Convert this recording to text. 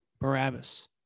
Barabbas